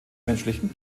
menschlichen